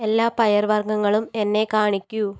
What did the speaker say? എല്ലാ പയർവർഗ്ഗങ്ങളും എന്നെ കാണിക്കൂ